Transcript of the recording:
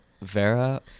Vera